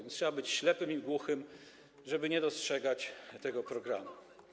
Więc trzeba być ślepym i głuchym, żeby nie dostrzegać tego programu.